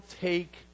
take